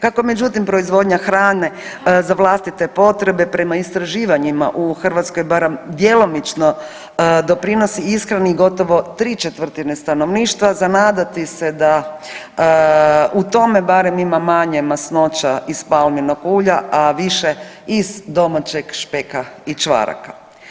Kako međutim proizvodnja hrane za vlastite potrebe, prema istraživanjima u Hrvatskoj barem djelomično doprinosi ishrani gotovo 3/4 stanovništva, za nadati se da u tome barem ima manje masnoća iz palminog ulja, a više iz domaćeg špeka i čvaraka.